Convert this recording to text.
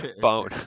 bone